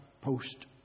post